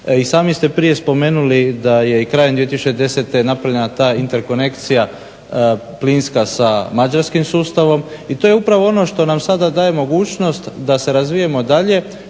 sami ste malo prije spomenuli da je i krajem 2010.napravljena ta interkonekcija plinska sa mađarskim sustavom i to je upravo ono što nam sada daje mogućnost da se razvijamo dalje